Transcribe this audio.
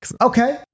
okay